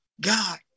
God